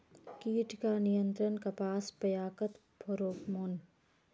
कीट का नियंत्रण कपास पयाकत फेरोमोन?